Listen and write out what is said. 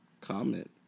comment